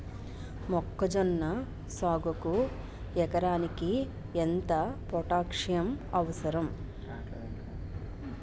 మొక్కజొన్న సాగుకు ఎకరానికి ఎంత పోటాస్సియం అవసరం?